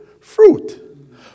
fruit